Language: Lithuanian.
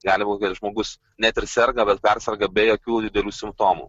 gali būt kad žmogus net ir serga bet perserga be jokių didelių simptomų